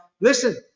listen